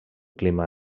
clima